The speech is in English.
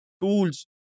tools